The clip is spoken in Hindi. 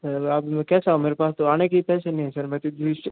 सर अब मैं कैसा आऊं मेरे पास तो आने के भी पैसे नहीं है सर मैं तो